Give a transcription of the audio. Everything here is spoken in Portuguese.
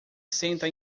senta